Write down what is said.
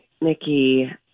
Mickey